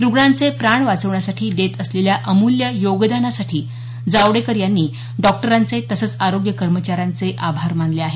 रुग्णांचे प्राण वाचवण्यासाठी देत असलेल्या अमूल्य योगदानासाठी जावडेकर यांनी डॉक्टरांचे तसंच आरोग्य कर्मचाऱ्यांचे आभार मानले आहेत